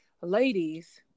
ladies